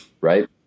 right